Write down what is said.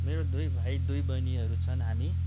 मेरो दुई भाइ दुई बहिनीहरू छन् हामी